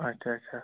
آچھا آچھا